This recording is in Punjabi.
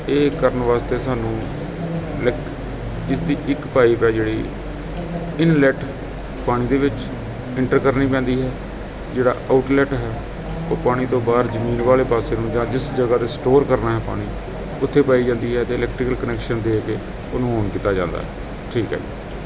ਇਹ ਕਰਨ ਵਾਸਤੇ ਸਾਨੂੰ ਇੱਕ ਪਾਈਪ ਹੈ ਜਿਹੜੀ ਇਨਲੈਟ ਪਾਣੀ ਦੇ ਵਿੱਚ ਐਂਟਰ ਕਰਨੀ ਪੈਂਦੀ ਹੈ ਜਿਹੜਾ ਆਊਟਲੈਟ ਹੈ ਉਹ ਪਾਣੀ ਤੋਂ ਬਾਹਰ ਜ਼ਮੀਨ ਵਾਲੇ ਪਾਸੇ ਨੂੰ ਜਾਂ ਜਿਸ ਜਗ੍ਹਾ 'ਤੇ ਸਟੋਰ ਕਰਨਾ ਹੈ ਪਾਣੀ ਉੱਥੇ ਪਾਈ ਜਾਂਦੀ ਹੈ ਅਤੇ ਇਲੈਕਟ੍ਰੀਕਲ ਕਨੈਕਸ਼ਨ ਦੇ ਕੇ ਉਹਨੂੰ ਓਨ ਕੀਤਾ ਜਾਂਦਾ ਠੀਕ ਹੈ ਜੀ